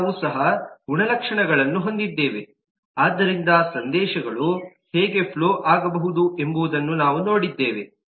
ಈಗ ನಾವು ಸಹ ಗುಣಲಕ್ಷಣಗಳನ್ನು ಹೊಂದಿದ್ದೇವೆ ಆದ್ದರಿಂದ ಸಂದೇಶಗಳು ಹೇಗೆ ಫ್ಲೋ ಆಗಬಹುದು ಎಂಬುದನ್ನು ನಾವು ನೋಡಿದ್ದೇವೆ